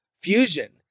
fusion